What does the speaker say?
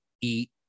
eat